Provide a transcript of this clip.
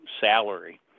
salary